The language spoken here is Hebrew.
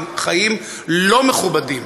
הם חיים לא מכובדים,